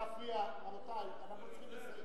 לא להפריע, רבותי, אנחנו צריכים לסיים.